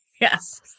Yes